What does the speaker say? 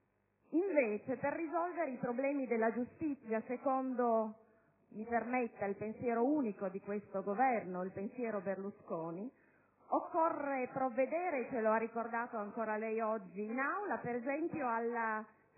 Invece, per risolvere i problemi della giustizia secondo - mi sia consentito - il pensiero unico di questo Governo, il pensiero Berlusconi, occorre provvedere - ce lo ha ricordato ancora lei oggi in Aula - ad esempio, alla